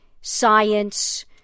science